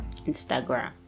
Instagram